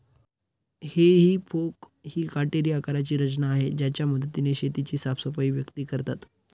हेई फोक ही काटेरी आकाराची रचना आहे ज्याच्या मदतीने शेताची साफसफाई व्यक्ती करतात